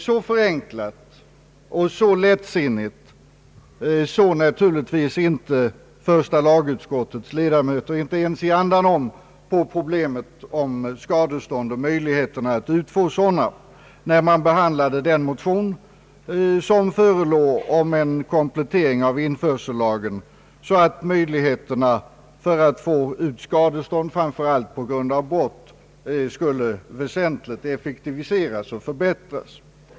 Så förenklat och så lättsinnigt såg naturligtvis inte första lagutskottets ledamöter, inte ens i andanom, på problemet om skadestånd och möjligheterna att utfå sådana, när man behandlade den motion som förelåg om en komplettering av införsellagen för att möjligheterna att få ut skadestånd framför allt på grund av brott väsentligt skulle effektiviseras och förbättras.